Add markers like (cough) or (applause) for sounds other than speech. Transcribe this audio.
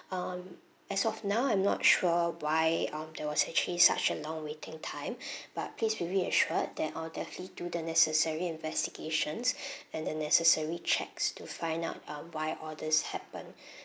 um as of now I'm not sure why um there was actually such a long waiting time (breath) but please be reassured that I'll definitely do the necessary investigations (breath) and the necessary checks to find out um why all these happened (breath)